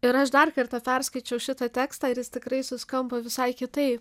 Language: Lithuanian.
ir aš dar kartą perskaičiau šitą tekstą ir jis tikrai suskambo visai kitaip